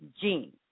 gene